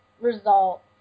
result